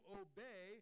obey